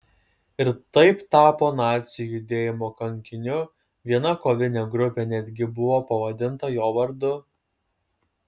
ir taip tapo nacių judėjimo kankiniu viena kovinė grupė netgi buvo pavadinta jo vardu